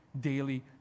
daily